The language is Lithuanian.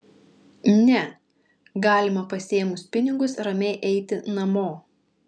ne galima pasiėmus pinigus ramiai eiti namo